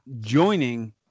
joining